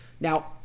Now